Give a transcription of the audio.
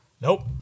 Nope